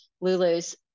Lulu's